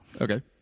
Okay